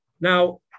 Now